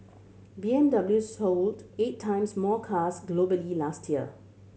B M W sold eight times more cars globally last year